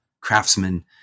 craftsmen